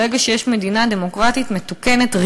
ברגע שיש מדינה דמוקרטית מתוקנת,